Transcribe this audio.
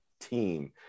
team